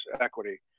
equity